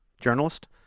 journalist